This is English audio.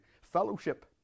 Fellowship